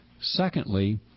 Secondly